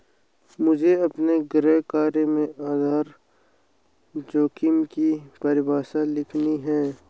मुझे अपने गृह कार्य में आधार जोखिम की परिभाषा लिखनी है